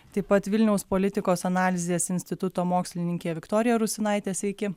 taip pat vilniaus politikos analizės instituto mokslininkė viktorija rusinaitė sveiki